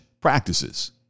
practices